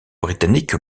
britannique